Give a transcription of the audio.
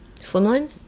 Slimline